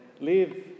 live